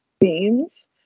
themes